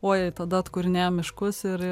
uoj tada atkūrinėja miškus ir